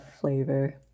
flavor